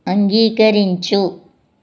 అంగీకరించు